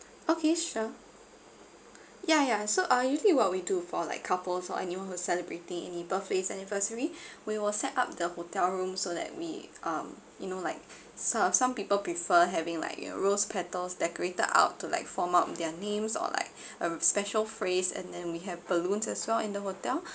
okay sure yeah yeah so uh usually what we do for like couples or anyone who celebrating in the birthday anniversary we will set up the hotel room so that we um you know like some of some people prefer having like rose petals decorated out to like form up their names or like a special phrase and then we have balloons as well in the hotel